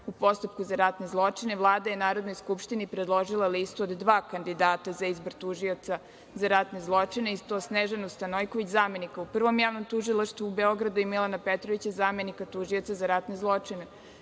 u postupku za ratne zločine, Vlada je Narodnoj skupštini predložila listu od dva kandidata za izbor Tužioca za ratne zločine i to Snežanu Stanojković, zamenika u Prvom javnom tužilaštvu u Beogradu, i Milana Petrovića, zamenika Tužioca za ratne zločine,